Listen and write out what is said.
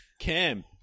Cam